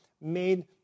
made